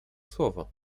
słowo